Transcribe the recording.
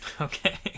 Okay